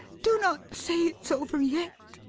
do not say it's over yet!